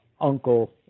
uncle